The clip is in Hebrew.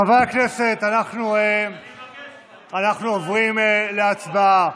חברי הכנסת, אנחנו עוברים להצבעה.